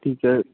ਠੀਕ ਹੈ